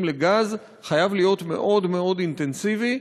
לגז חייב להיות מאוד מאוד אינטנסיבי,